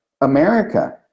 America